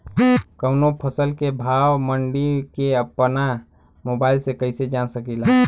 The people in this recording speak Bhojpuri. कवनो फसल के भाव मंडी के अपना मोबाइल से कइसे जान सकीला?